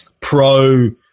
pro